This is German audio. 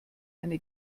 eine